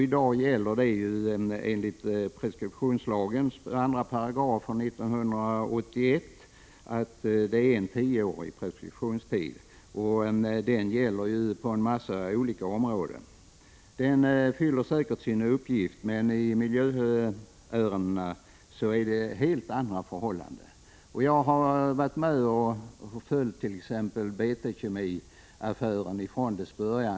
I dag gäller enligt preskriptionslagens 2 § från 1981 en tioårig preskriptionstid, alltså samma preskriptionstid som på en massa olika områden. Den fyller säkert sin uppgift, men i miljöärenden råder alldeles speciella förhållanden. Jag hart.ex. följt BT Kemiaffären från dess början.